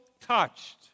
touched